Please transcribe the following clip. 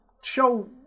show